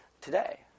today